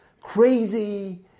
crazy